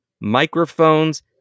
microphones